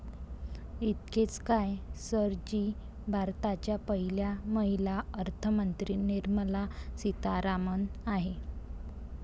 इतकेच काय, सर जी भारताच्या पहिल्या महिला अर्थमंत्री निर्मला सीतारामन आहेत